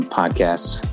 podcasts